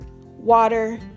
Water